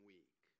Week